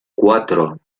cuatro